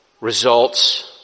results